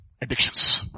Addictions